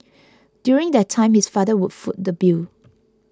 during that time his father would foot the bill